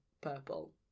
purple